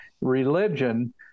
religion